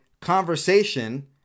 conversation